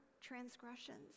transgressions